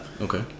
Okay